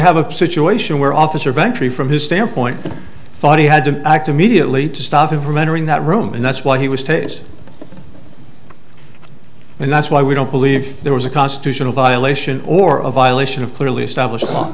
have a situation where officer ventry from his standpoint thought he had to act immediately to stop him from entering that room and that's why he was to it and that's why we don't believe there was a constitutional violation or a violation of clearly establish